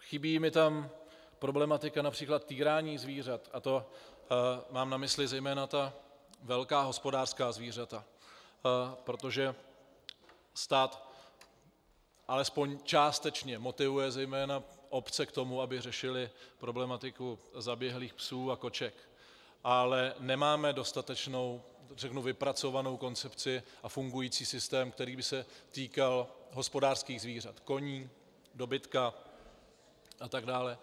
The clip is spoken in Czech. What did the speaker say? Chybí mi tam problematika např. týrání zvířat, a to mám na mysli zejména velká hospodářská zvířata, protože stát alespoň částečně motivuje zejména obce k tomu, aby řešily problematiku zaběhlých psů a koček, ale nemáme dostatečně vypracovanou koncepci a fungující systém, který by se týkal hospodářských zvířat, koní, dobytka atd.